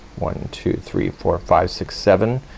one, two, three, four, five, seven,